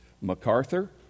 MacArthur